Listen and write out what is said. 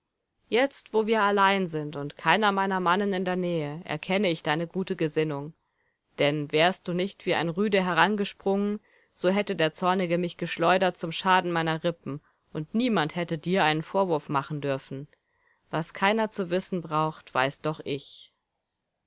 jetzt wo wir allein sind und keiner meiner mannen in der nähe erkenne ich deine gute gesinnung denn wärest du nicht wie ein rüde herangesprungen so hätte der zornige mich geschleudert zum schaden meiner rippen und niemand hätte dir einen vorwurf machen dürfen was keiner zu wissen braucht weiß doch ich